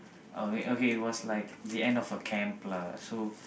okay okay it was like the end of a camp lah so